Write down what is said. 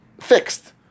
fixed